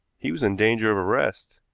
he was in danger of arrest.